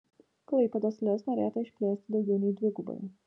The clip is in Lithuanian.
klaipėdos lez norėta išplėsti daugiau nei dvigubai